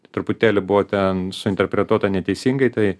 truputėlį buvo ten suinterpretuota neteisingai tai